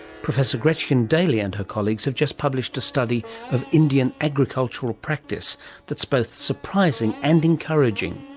professor gretchen daily and her colleagues have just published a study of indian agricultural practice that's both surprising and encouraging.